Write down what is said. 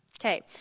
Okay